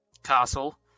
castle